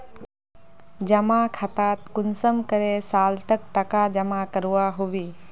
जमा खातात कुंसम करे साल तक टका जमा करवा होबे?